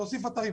להוסיף אתרים,